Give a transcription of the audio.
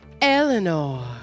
Eleanor